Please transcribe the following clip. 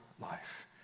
life